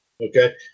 okay